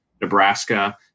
Nebraska